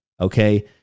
okay